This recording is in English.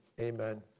Amen